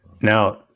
Now